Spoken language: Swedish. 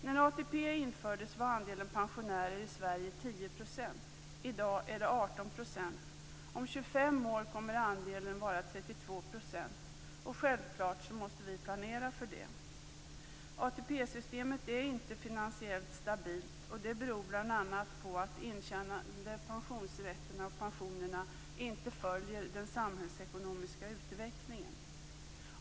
När I dag är den 18 %. Om 25 år kommer andelen att vara 32 %, och självklart måste vi planera för det. ATP-systemet är inte finansiellt stabilt, och det beror bl.a. på att de intjänade pensionsrätterna och pensionerna inte följer den samhällsekonomiska utvecklingen.